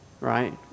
right